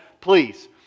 please